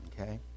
Okay